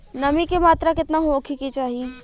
नमी के मात्रा केतना होखे के चाही?